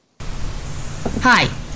Hi